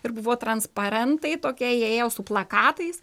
ir buvo transparentai tokie jie ėjo su plakatais